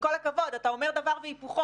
עם כל הכבוד, אתה אומר דבר והיפוכו.